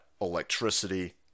electricity